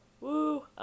Woo